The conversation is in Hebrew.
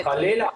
חלילה.